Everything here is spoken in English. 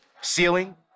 ceiling